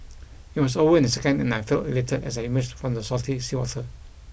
it was over in a second and I felt elated as I emerged from the salty seawater